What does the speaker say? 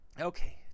Okay